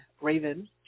Raven